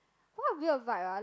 what weird vibe ah